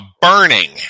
burning